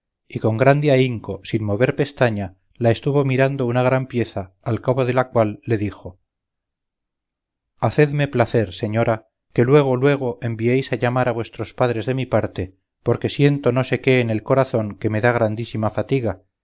y con grande ahínco sin mover pestaña la estuvo mirando una gran pieza al cabo de la cual le dijo hacedme placer señora que luego luego enviéis a llamar a vuestros padres de mi parte porque siento no sé qué en el corazón que me da grandísima fatiga